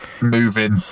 moving